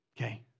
Okay